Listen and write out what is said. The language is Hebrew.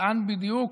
לאן בדיוק,